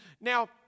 Now